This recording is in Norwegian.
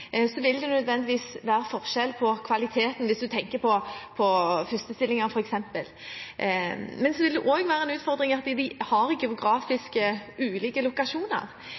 så vil det også være en utfordring at de har geografisk ulike lokasjoner.